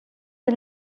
est